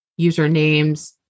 usernames